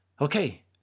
okay